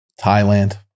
Thailand